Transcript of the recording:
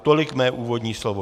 Tolik mé úvodní slovo.